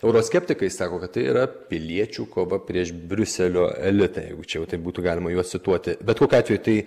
euroskeptikai sako kad tai yra piliečių kova prieš briuselio elitą jeigu čia jau taip būtų galima juos cituoti bet kokiu atveju tai